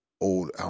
old